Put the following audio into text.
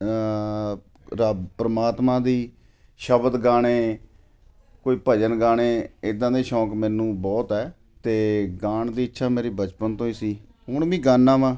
ਰੱਬ ਪਰਮਾਤਮਾ ਦੀ ਸ਼ਬਦ ਗਾਣੇ ਕੋਈ ਭਜਨ ਗਾਣੇ ਇੱਦਾਂ ਦੇ ਸ਼ੌਂਕ ਮੈਨੂੰ ਬਹੁਤ ਹੈ ਅਤੇ ਗਾਉਣ ਦੀ ਇੱਛਾ ਮੇਰੇ ਬਚਪਨ ਤੋਂ ਹੀ ਸੀ ਹੁਣ ਵੀ ਗਾਨਾ ਵਾਂ